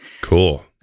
Cool